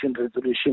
resolution